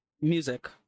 music